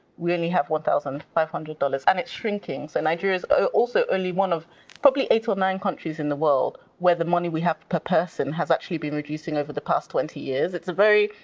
we only have one thousand five hundred dollars. and it's shrinking. so nigeria's also only one of probably eight or nine countries in the world where the money we have per person has actually been reducing over the past twenty years. it's a very,